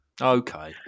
Okay